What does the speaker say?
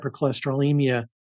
hypercholesterolemia